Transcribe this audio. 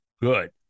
good